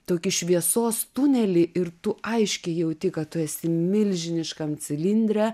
tokį šviesos tunelį ir tu aiškiai jauti kad tu esi milžiniškam cilindre